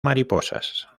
mariposas